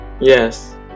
Yes